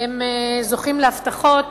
הם זוכים להבטחות